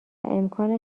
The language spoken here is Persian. امکان